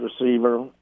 receiver